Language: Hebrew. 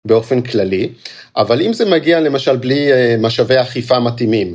באופן כללי, אבל אם זה מגיע למשל בלי משאבי אכיפה מתאימים.